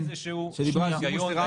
שנייה,